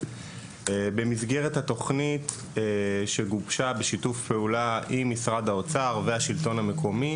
במסגרת התוכנית שגובשה בשיתוף פעולה עם משרד האוצר והשלטון המקומי,